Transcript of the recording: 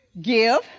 Give